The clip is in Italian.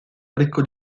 ricco